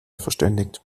verständigt